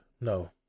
No